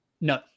No